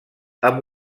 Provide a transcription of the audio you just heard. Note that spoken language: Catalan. amb